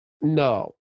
No